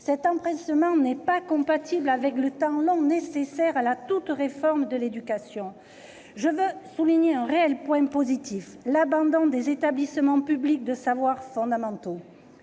Cet empressement n'est pas compatible avec le temps long nécessaire à toute réforme de l'éducation. Je veux toutefois souligner un réel point positif : l'abandon des établissements publics locaux